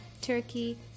Turkey